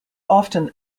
often